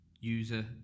user